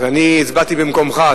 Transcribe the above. אז אני הצבעתי במקומך.